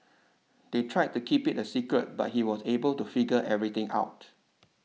they tried to keep it a secret but he was able to figure everything out